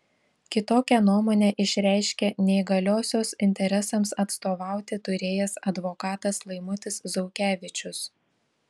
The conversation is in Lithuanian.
kitokią nuomonę išreiškė neįgaliosios interesams atstovauti turėjęs advokatas laimutis zaukevičius